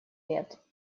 лет